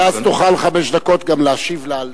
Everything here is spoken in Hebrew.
ואז תוכל גם חמש דקות גם להשיב לה.